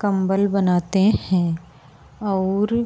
कम्बल बनाते हैं और